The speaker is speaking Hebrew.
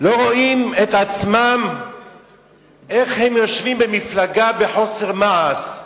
לא רואים את עצמם איך הם יושבים במפלגה בחוסר מעש.